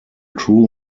crew